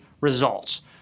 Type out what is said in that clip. results